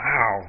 Wow